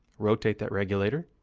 rotate that regulator,